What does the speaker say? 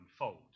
unfold